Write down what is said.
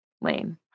lane